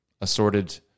assorted